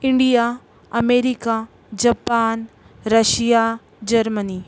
India America Japan Russia Germany